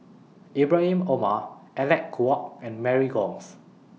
Ibrahim Omar Alec Kuok and Mary Gomes